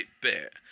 bit